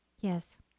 Yes